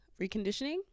reconditioning